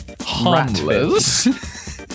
harmless